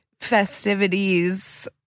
festivities